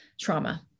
trauma